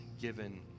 given